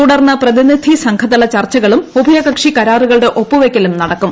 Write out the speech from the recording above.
തുടർന്ന് പ്രതിനിധിസംഘതല ചർച്ചകളും ഉഭയകക്ഷി കരാറുകളുട്ട് ഒപ്പുവെയ്ക്കലും നടക്കും